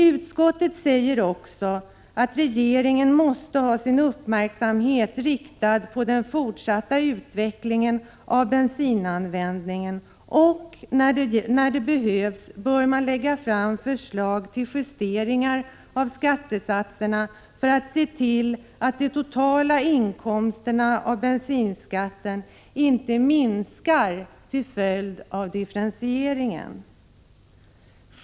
Utskottet säger också att regeringen måste ha sin uppmärksamhet riktad på den fortsatta utvecklingen av bensinanvändningen och, när det behövs, lägga fram förslag till justeringar av skattesatserna för att se till att de totala inkomsterna av bensinskatten inte minskar till följd av differentieringen.